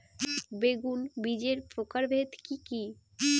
বেগুন বীজের প্রকারভেদ কি কী?